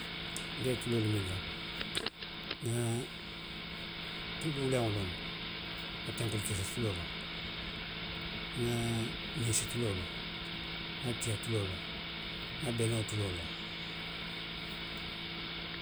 Nte ye tuloolu minnu loŋ, nŋa tulu wuleŋo loŋ ne, nŋa tenkesse tuloo loŋ, nŋa ninsi tuloo loŋ, nŋa tiya tuloo loŋ, nŋa benoo tuloo loŋ.